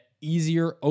easier